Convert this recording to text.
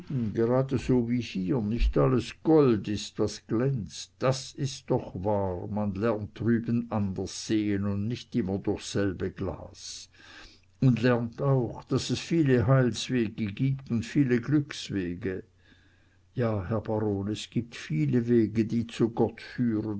geradeso wie hier nicht alles gold ist was glänzt das ist doch wahr man lernt drüben anders sehen und nicht immer durchs selbe glas und lernt auch daß es viele heilswege gibt und viele glückswege ja herr baron es gibt viele wege die zu gott führen